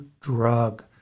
drug